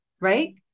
right